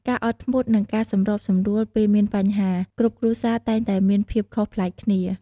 ការអត់ធ្មត់ និងការសម្របសម្រួលពេលមានបញ្ហា គ្រប់គ្រួសារតែងតែមានភាពខុសប្លែកគ្នា។